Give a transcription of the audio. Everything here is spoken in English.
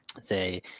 say